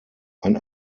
ein